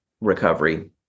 recovery